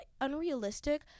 unrealistic